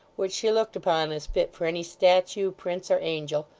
which she looked upon as fit for any statue, prince, or angel,